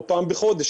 או פעם בחודש,